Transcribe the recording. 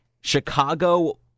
Chicago